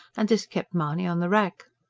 and this kept mahony on the rack.